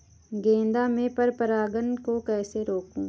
गेंदा में पर परागन को कैसे रोकुं?